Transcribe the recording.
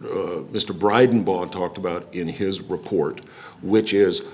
mr bryden book talked about in his report which is